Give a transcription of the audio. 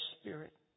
spirit